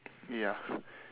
ya